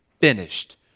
finished